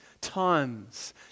times